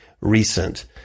recent